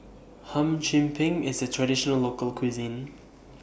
Hum Chim Peng IS A Traditional Local Cuisine